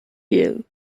you